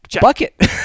Bucket